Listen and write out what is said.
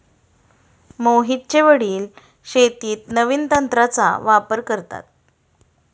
मोहितचे वडील शेतीत नवीन तंत्राचा वापर करतात